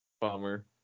Bummer